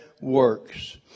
works